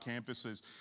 campuses